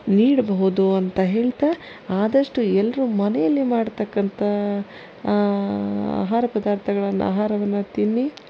ನೀಡಬಹುದು ಅಂತ ಹೇಳ್ತಾ ಆದಷ್ಟು ಎಲ್ಲರೂ ಮನೆಯಲ್ಲೇ ಮಾಡ್ತಾಕಂಥ ಆಹಾರ ಪದಾರ್ಥಗಳನ್ನ ಆಹಾರವನ್ನ ತಿನ್ನಿ